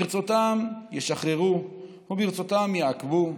ברצותם ישחררו וברצותם יעכבו,